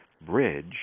bridge